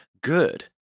good